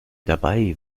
dabei